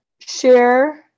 share